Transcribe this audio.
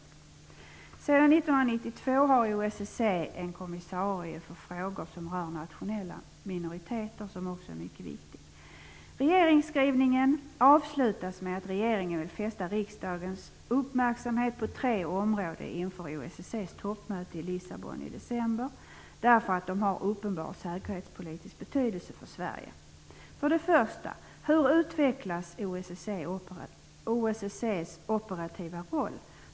Sedan 1992 har OSSE en kommissarie för frågor som rör nationella minoriteter som också är mycket viktig. Regeringsskrivelsen avslutas med att regeringen vill fästa riksdagens uppmärksamhet på tre områden inför OSSE:s toppmöte i Lissabon i december, därför att de har uppenbar säkerhetspolitisk betydelse för 1. Hur utvecklas OSSE:s operativa roll?